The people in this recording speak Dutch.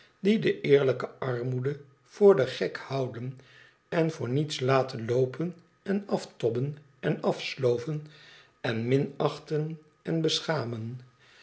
die de eerlijke armoede voor den gek houden en voor niets laten loopen en aftobben en afsloven en minachten en beschamen